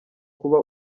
kuba